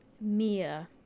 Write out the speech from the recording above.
Mia